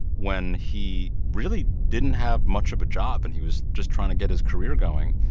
when he really didn't have much of a job, and he was just trying to get his career going.